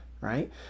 right